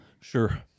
Sure